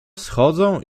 schodzą